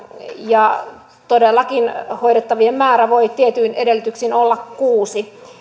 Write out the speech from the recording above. ja todellakin hoidettavien määrä voi tietyin edellytyksin olla kuusi